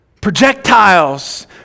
projectiles